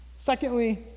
Secondly